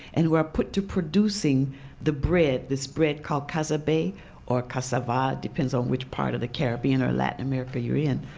and who are put to producing the bread, this bread called casabe, or cassava, depends on which part of the caribbean or latin america you're in.